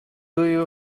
you